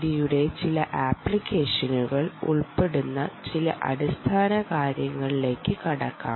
D യുടെ ചില ആപ്ലിക്കേഷനുകൾ ഉൾപ്പെടുന്ന ചില അടിസ്ഥാനകാര്യങ്ങളിലേക്ക് കടക്കാം